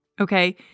Okay